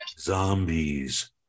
zombies